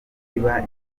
iba